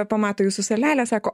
pamato jūsų salelę sako